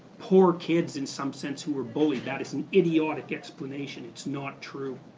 poor kids in some sense who were bullied. that is an idiotic explanation. it's not true.